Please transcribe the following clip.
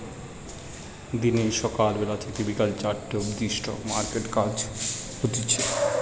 দিনে সকাল বেলা থেকে বিকেল চারটে অবদি স্টক মার্কেটে কাজ হতিছে